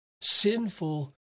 sinful